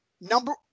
number